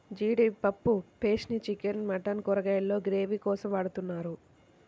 జీడిపప్పు పేస్ట్ ని chicken, mutton కూరల్లో గ్రేవీ కోసం వాడుతున్నారు